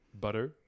Butter